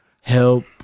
help